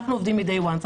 אנחנו עובדים מ-day one.